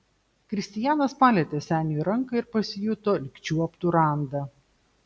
kristijanas palietė seniui ranką ir pasijuto lyg čiuoptų randą